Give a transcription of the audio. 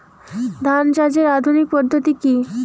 ধান চাষের আধুনিক পদ্ধতি কি?